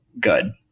Good